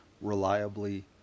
reliably